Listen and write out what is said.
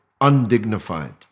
undignified